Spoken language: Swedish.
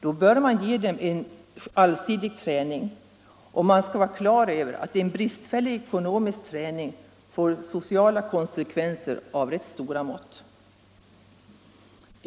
Då bör man ge dem en allsidig träning, och man skall vara klar över att en bristfällig ekonomisk träning får sociala konsekvenser av rätt stora mått.